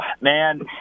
man